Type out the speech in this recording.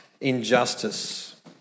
injustice